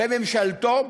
הקיצוניים בממשלתו,